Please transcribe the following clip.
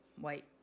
white